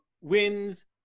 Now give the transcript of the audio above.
wins